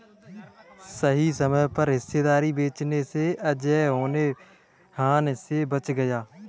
सही समय पर हिस्सेदारी बेचने से अजय होने वाली हानि से बच गया